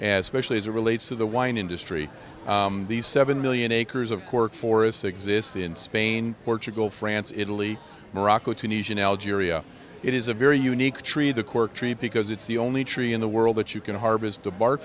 and specially as a relates to the wine industry these seven million acres of cork forests exists in spain portugal france italy morocco tunisia algeria it is a very unique tree the cork tree because it's the only tree in the world that you can harvest a bark